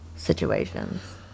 situations